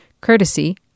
courtesy